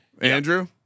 Andrew